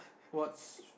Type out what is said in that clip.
what's